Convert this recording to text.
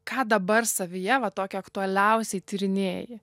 ką dabar savyje va tokio aktualiausiai tyrinėji